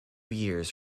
years